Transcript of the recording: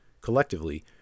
Collectively